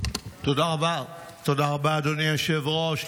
תודה רבה, אדוני היושב-ראש.